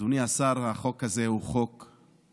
אדוני השר, החוק הזה הוא חוק חשוב.